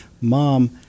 mom